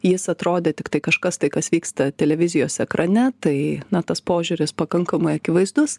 jis atrodė tiktai kažkas tai kas vyksta televizijos ekrane tai na tas požiūris pakankamai akivaizdus